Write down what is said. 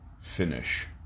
finish